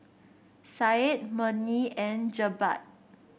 Syed Murni and Jebat